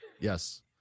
yes